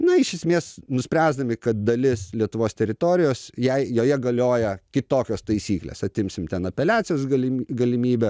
na iš esmės nuspręsdami kad dalis lietuvos teritorijos jai joje galioja kitokios taisyklės atimsim ten apeliacijos galim galimybę